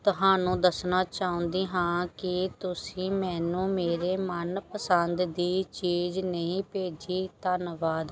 ਤੁਹਾਨੂੰ ਦੱਸਣਾ ਚਾਹੁੰਦੀ ਹਾਂ ਕਿ ਤੁਸੀਂ ਮੈਨੂੰ ਮੇਰੇ ਮਨ ਪਸੰਦ ਦੀ ਚੀਜ਼ ਨਹੀਂ ਭੇਜੀ ਧੰਨਵਾਦ